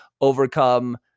overcome